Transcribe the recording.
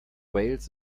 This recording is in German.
wales